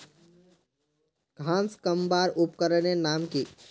घांस कमवार उपकरनेर नाम की?